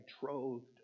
betrothed